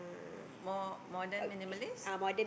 more modern minimalist